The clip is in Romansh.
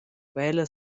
quella